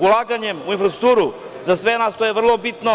Ulaganje u infrastrukturu, za sve nas to je vrlo bitno.